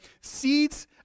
seeds